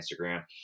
Instagram